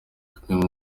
kagame